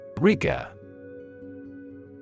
Riga